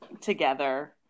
together